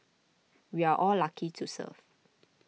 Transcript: we're all lucky to serve